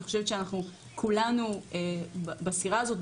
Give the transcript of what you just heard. אני חושבת שכולנו בסירה הזאת,